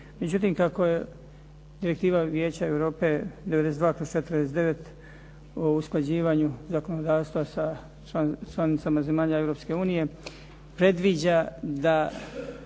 Međutim, kako je Direktiva Vijeća Europe 92/49 o usklađivanju zakonodavstva sa članicama zemalja Europske unije predviđa da